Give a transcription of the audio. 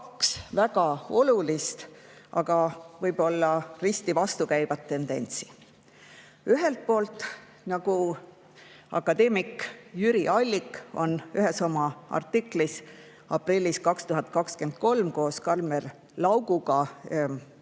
väga olulist, aga võib-olla risti vastukäivat tendentsi. Ühelt poolt, nagu akadeemik Jüri Allik on ühes oma artiklis aprillis 2023 koos Kalmer Lauguga välja